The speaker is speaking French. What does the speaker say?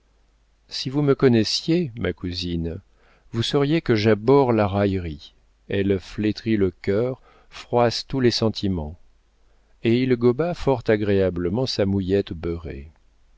si vous me connaissiez ma cousine vous sauriez que j'abhorre la raillerie elle flétrit le cœur froisse tous les sentiments et il goba fort agréablement sa mouillette beurrée